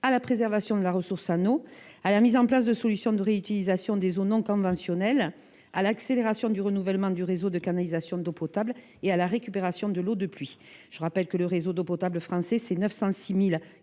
à la préservation de la ressource en eau, à la mise en place de solutions de réutilisation des eaux non conventionnelles, à l’accélération du renouvellement du réseau de canalisations d’eau potable et à la récupération de l’eau de pluie. Je rappelle que le réseau d’eau potable français représente 906 000